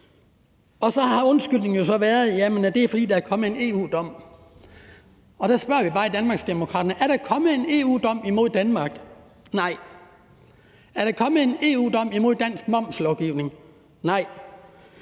ad. Så har undskyldningen jo været, at det er, fordi der er kommet en EU-dom. Og der spørger vi bare i Danmarksdemokraterne: Er der kommet en EU-dom imod Danmark? Nej. Er der kommet en EU-dom imod dansk momslovgivning? Nej.